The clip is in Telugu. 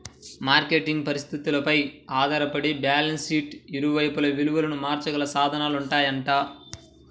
మార్కెట్ పరిస్థితులపై ఆధారపడి బ్యాలెన్స్ షీట్కి ఇరువైపులా విలువను మార్చగల సాధనాలుంటాయంట